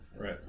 Right